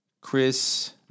Chris